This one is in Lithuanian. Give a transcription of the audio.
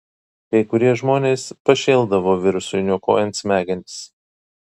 kai kurie žmonės pašėldavo virusui niokojant smegenis